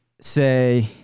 say